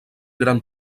gran